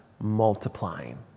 multiplying